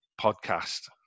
podcast